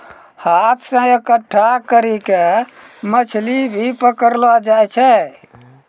हाथ से इकट्ठा करी के मछली भी पकड़लो जाय छै